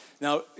Now